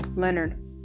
Leonard